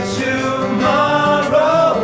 tomorrow